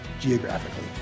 geographically